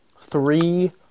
three